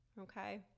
Okay